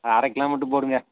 அது அரைக் கிலோ மட்டும் போடுங்கள்